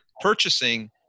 purchasing